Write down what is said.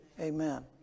amen